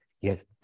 yes